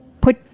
put